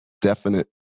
definite